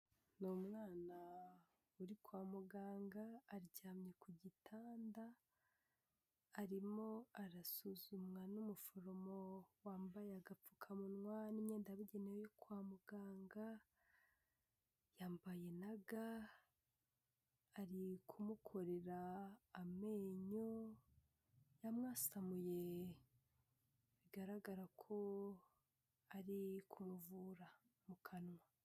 Ni umwana uri kwa muganga aryamye ku gitanda arimo arasuzumwa n'umuforomo wambaye agapfukamunwa n'immyenda yabugenewe yo kwa muganga, yambaye na ga, ari kumukorera amenyo yamwasamuye bigaragara ko ari kumuvura mu kanwa.